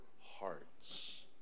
hearts